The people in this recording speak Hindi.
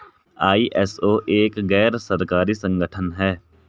आई.एस.ओ एक गैर सरकारी संगठन है